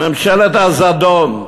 ממשלת הזדון.